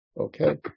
Okay